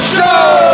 Show